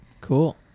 Cool